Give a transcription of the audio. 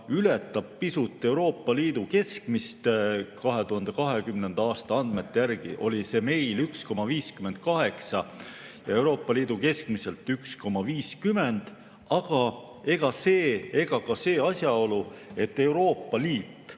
ületab pisut Euroopa Liidu keskmist. 2020. aasta andmete järgi oli see meil 1,58, Euroopa Liidus keskmiselt 1,50. Aga ega ka see asjaolu, et Euroopa Liit